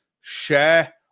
share